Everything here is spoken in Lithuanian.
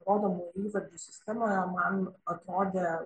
rodomųjų įvardžių sistemoje man atrodė